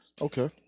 Okay